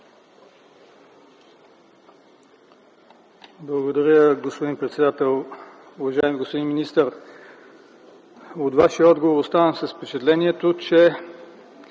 Благодаря, господин председател. Уважаеми господин министър, от Вашия отговор оставам с впечатлението, че